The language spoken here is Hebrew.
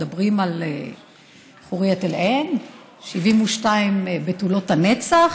מדברים על 72 בתולות הנצח,